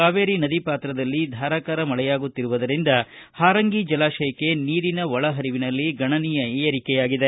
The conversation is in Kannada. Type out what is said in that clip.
ಕಾವೇರಿ ನದಿ ಪಾತ್ರದಲ್ಲಿ ಧಾರಾಕಾರ ಮಳೆಯಾಗುತ್ತಿರುವುದರಿಂದ ಹಾರಂಗಿ ಜಲಾಶಯಕ್ಕೆ ನೀರಿನ ಒಳಹರಿವಿನಲ್ಲಿ ಗಣನೀಯ ಏರಿಕೆಯಾಗಿದೆ